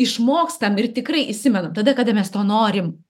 išmokstam ir tikrai įsimenam tada kada mes to norim